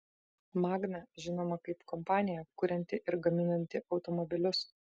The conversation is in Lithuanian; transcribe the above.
magna žinoma kaip kompanija kurianti ir gaminanti automobilius